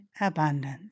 abundance